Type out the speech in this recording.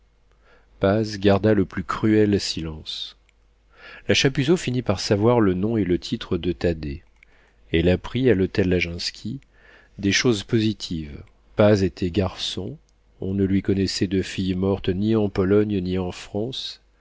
garda le plus cruel silence la chapuzot finit par savoir le nom et le titre de thaddée elle apprit à l'hôtel laginski des choses positives paz était garçon on ne lui connaissait de fille morte ni en pologne ni en france